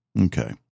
Okay